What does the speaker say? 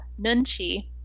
nunchi